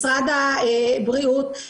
משרד הבריאות,